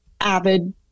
avid